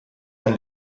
ein